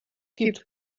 gibt